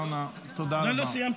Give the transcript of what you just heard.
לא, לא סיימתי.